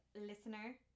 listener